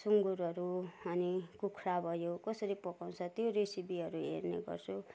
सुँगुरहरू अनि कुखरा भयो कसरी पकाउँछ त्यो रेसिपीहरू हेर्ने गर्छु